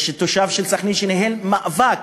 יש תושב סח'נין שניהל מאבק,